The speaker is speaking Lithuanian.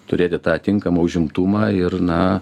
turėti tą tinkamą užimtumą ir na